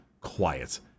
quiet